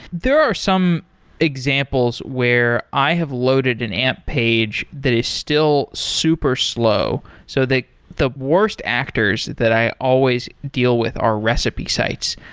there are some examples where i have loaded an amp page that is still super slow. so the worst actors that i always deal with are recipe sites.